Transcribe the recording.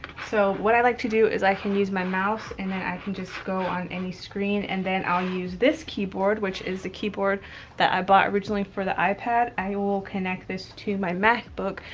so what i like to do is i can use my mouse, and then i can just go on any screen. and then i'll use this keyboard, which is the keyboard that i bought originally for the ipad. i will connect this to my macbook.